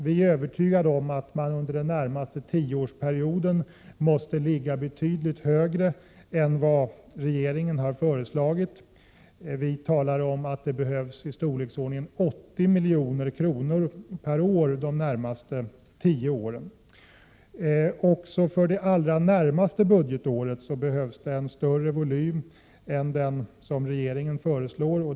Vi är övertygade om att man under den närmaste tioårsperioden måste ha en högre volym än vad regeringen har föreslagit. Vi talar om att det behövs ungefär 80 milj.kr. per år under de närmaste tio åren. Och även för det allra närmaste budgetåret behövs det en större volym än den som regeringen har föreslagit.